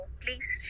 please